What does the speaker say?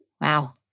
wow